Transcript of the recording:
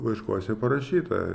laiškuose parašyta